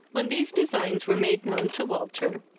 when these designs were made known to walter,